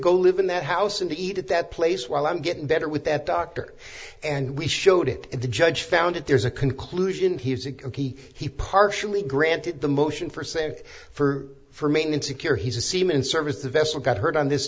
go live in that house and eat at that place while i'm getting better with that doctor and we showed it to the judge found it there's a conclusion he he he partially granted the motion for saying for for maintenance a cure he's a seaman service the vessel got hurt on this